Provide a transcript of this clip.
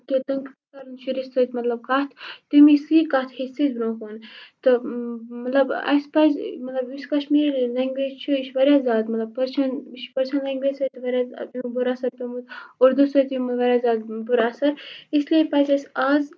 کہِ تِم کَرَن شُرِس سۭتۍ مطلب کَتھ تِم سُے کَتھ ہیچھِ سُہ تہِ برونہہ کُن تہٕ مطلب اَسہِ پَزِ مطلب یُس کَشمیری لینگویج چھِ یہِ چھِ واریاہ زیادٕ مطلب پٔرشِیَن یہِ چھِ پٔرشِیَن لینگویج سۭتۍ تہِ واریاہ زیادٕ بُرٕ اثر پیومُت اردوٗ سۭتۍ تہِ واریاہ زیادٕ بُرٕ اثر اسلیے پَزِ اَسہِ آز